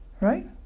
Right